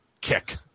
kick